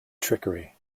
trickery